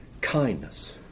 kindness